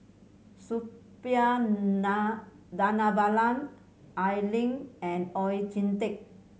Suppiah Dhanabalan Al Lim and Oon Jin Teik